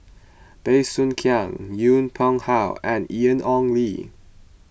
Bey Soo Khiang Yong Pung How and Ian Ong Li